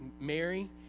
Mary